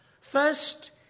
First